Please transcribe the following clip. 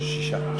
שישה.